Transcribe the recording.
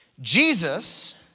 Jesus